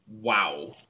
wow